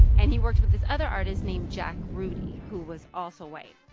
and he worked with this other artist named jack rudy who was also white.